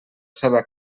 seva